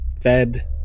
fed